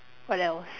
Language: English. what else